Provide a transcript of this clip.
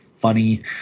funny